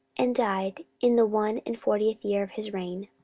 and died in the one and fortieth year of his reign.